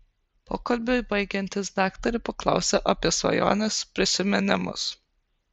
pokalbiui baigiantis daktarė paklausia apie svajones prisiminimus